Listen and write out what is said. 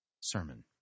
sermon